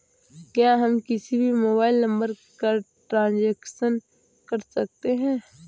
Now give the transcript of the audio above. क्या हम किसी भी मोबाइल नंबर का ट्रांजेक्शन कर सकते हैं?